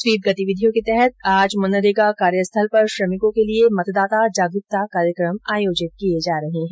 SVEEP गतिविधियों के तहत आज नरेगा कार्यस्थल पर श्रमिकों के लिये मतदाता जागरूकता कार्यकम आयोजित किये जा रहे है